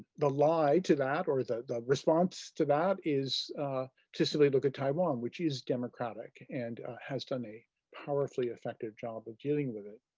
the lie to that or that the response to that is to simply look at taiwan, which is democratic and has done a powerfully effective job of dealing with it.